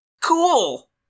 Cool